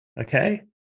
Okay